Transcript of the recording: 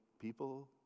people